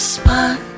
spot